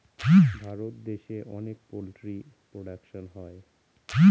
ভারত দেশে অনেক poultry production হয়